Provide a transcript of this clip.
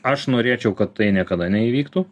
aš norėčiau kad tai niekada neįvyktų